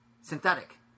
Synthetic